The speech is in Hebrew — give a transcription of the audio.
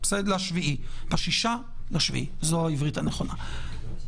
לפי סעיף 35 לחוק,